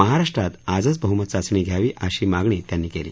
महाराष्ट्रात आजच बहुमत चाचणी घ्यावी अशी मागणी त्यांनी केली